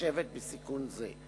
המתחשבת בסיכון זה.